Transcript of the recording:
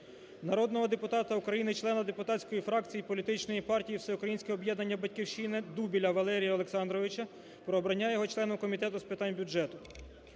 Народного депутата України, члена депутатської фракції політичної партії "Всеукраїнське об'єднання "Батьківщина" Дубіля Валерія Олександровича про обрання його членом Комітету з питань бюджету.